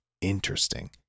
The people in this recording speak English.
interesting